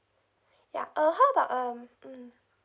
yeah uh how about mm mm